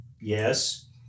yes